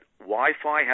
Wi-Fi